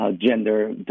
gender